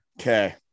okay